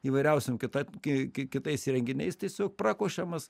įvairiausiom kita k ki kitais įrenginiais tiesiog prakošiamas